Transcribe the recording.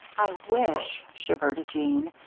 i wish, shivered jeanne,